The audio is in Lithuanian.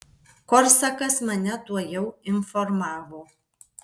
korsakas mane tuojau informavo